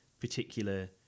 particular